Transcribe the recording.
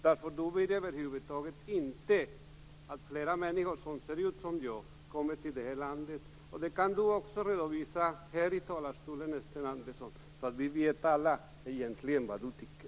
Han vill över huvud taget inte att fler människor som ser ut som jag kommer till det här landet. Det kan Sten Andersson också redovisa här i talarstolen, så att vi alla vet vad han egentligen tycker.